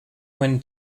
when